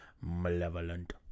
malevolent